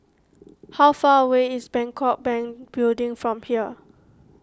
how far away is Bangkok Bank Building from here